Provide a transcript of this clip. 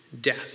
death